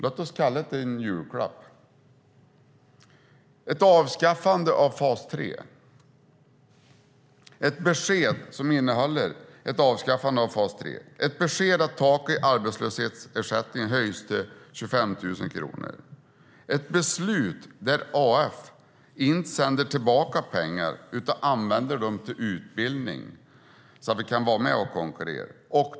Låt oss kalla det en julklapp. Det är ett besked om ett avskaffande av fas 3, ett besked om att taket när det gäller arbetslöshetsersättningen höjs till 25 000 kronor och ett beslut om att AF inte ska sända tillbaka pengar utan använda dem till utbildning, så att vi kan vara med och konkurrera.